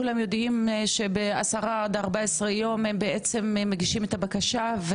כולם יודעים שב- 10 עד 14 יום הם בעצם מגישים את הבקשה?